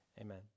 Amen